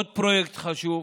עוד פרויקט חשוב,